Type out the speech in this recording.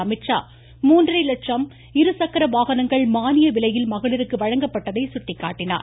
அமித்ஷா மூன்றரை லட்சம் இருசக்கர வாகனங்கள் மானிய விலையில் மகளிருக்கு வழங்கப்பட்டதை சுட்டிக்காட்டினார்